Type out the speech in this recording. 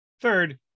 Third